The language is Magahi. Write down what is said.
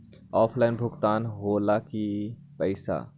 ऑफलाइन भुगतान हो ला कि पईसा?